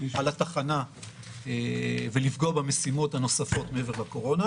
על התחנה ולפגוע במשימות הנוספות מעבר לקורונה,